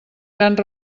grans